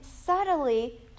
subtly